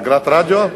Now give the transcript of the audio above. אגרת רדיו?